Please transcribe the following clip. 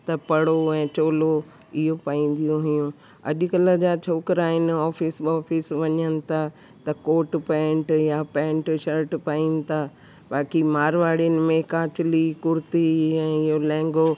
त पड़ो ऐं चोलो इहो पाईंदियूं हुइयूं अॼुकल्ह जा छोकिरा आहिनि ऑफिस ॿॉफिस वञनि था त कोट पैंट या पैंट शर्ट पाइनि था बाक़ी माड़वारीन में कांतिली कुर्ती ऐं इहो लहंगो